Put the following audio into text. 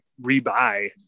rebuy